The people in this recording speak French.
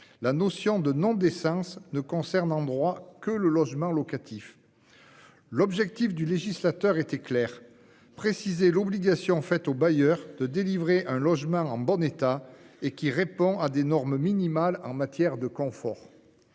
la notion de non-décence ne concerne, en droit, que le logement locatif. L'objectif du législateur était clairement de préciser l'obligation faite aux bailleurs de délivrer un logement en bon état et qui réponde à des normes minimales en matière de confort.